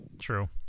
True